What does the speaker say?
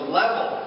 level